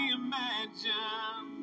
imagine